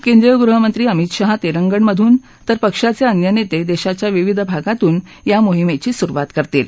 केंद्रीय गृहमंत्री अमित शहा तेलंगणामधून तर पक्षाचे अन्य नेते देशाच्या विविध भागातून या मोहिमेची सुरुवात करतील